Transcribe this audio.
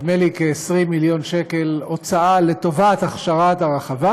נדמה לי כ-20 מיליון שקל הוצאה לטובת הכשרת הרחבה,